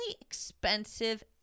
expensive